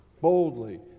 boldly